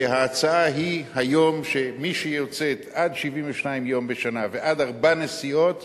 ההצעה היום היא שמי שיוצאת עד 72 יום בשנה ועד ארבע נסיעות,